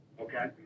Okay